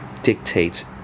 Dictates